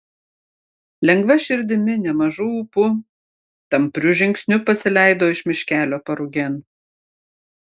lengva širdimi nemažu ūpu tampriu žingsniu pasileido iš miškelio parugėn